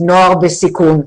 נוער בסיכון,